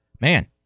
Man